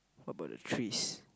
what about the trees